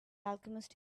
alchemist